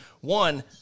one